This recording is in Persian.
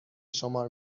شمار